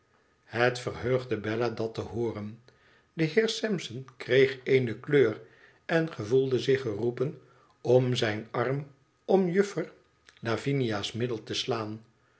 het verheugde bella dat te hooren de heer sampson kreeg eene kleur en gevoelde zich geroepen om zijn arm om juffer lavinia's middel te slaan